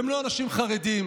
הם לא אנשים חרדים.